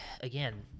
again